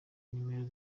nomero